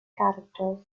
character